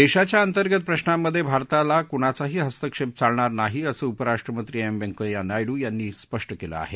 देशाच्या अंतर्गत प्रश्नांमधे भारताला कुणाचाही हस्तक्षेप चालणार नाही असं उपराष्ट्रपती एम व्यंकप्या नायडू यांनी स्पष्ट केलं आहे